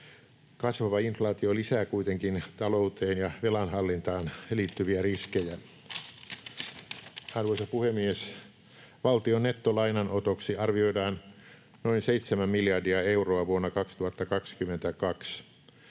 Kasvava inflaatio lisää kuitenkin talouteen ja velan hallintaan liittyviä riskejä. Arvoisa puhemies! Valtion nettolainanotoksi arvioidaan noin 7 miljardia euroa vuonna 2022.